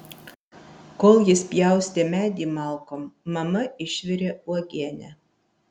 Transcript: kol jis pjaustė medį malkom mama išvirė uogienę